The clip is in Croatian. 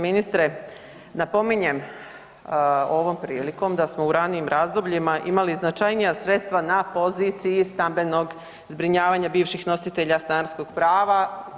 ministre, napominjem ovom prilikom da smo u ranijim razdobljima imali značajnija sredstva na poziciji stambenog zbrinjavanja bivših nositelja stanarskog prava.